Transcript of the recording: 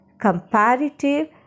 comparative